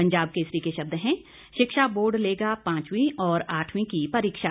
पंजाब केसरी के शब्द हैं शिक्षा बोर्ड लेगा पांचवीं और आठवीं की परीक्षा